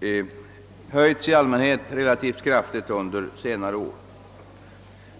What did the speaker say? i allmänhet höjts kraftigt under senare år.